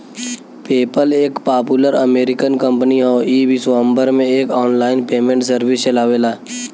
PayPal एक popular American company हौ ई विश्वभर में एक आनलाइन पेमेंट सर्विस चलावेला